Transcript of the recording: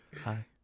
Hi